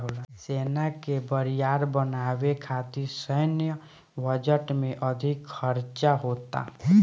सेना के बरियार बनावे खातिर सैन्य बजट में अधिक खर्चा होता